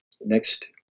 next